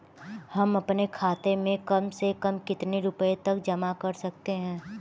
हम अपने खाते में कम से कम कितने रुपये तक जमा कर सकते हैं?